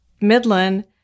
Midland